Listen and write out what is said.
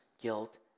guilt